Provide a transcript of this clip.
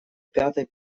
пятой